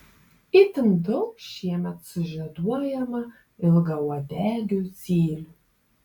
itin daug šiemet sužieduojama ilgauodegių zylių